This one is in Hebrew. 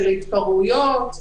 של התפרעויות,